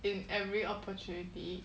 in every opportunity